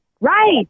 right